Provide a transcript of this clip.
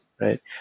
right